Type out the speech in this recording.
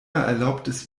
erlaubt